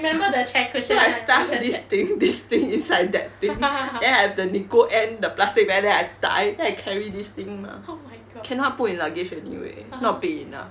mmhmm so I stuff this thing this thing inside that thing then I have the nicole ann the plastic bag then I tie then I carry this thing mah cannot put in luggage anyway not big enough